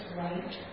right